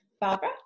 Barbara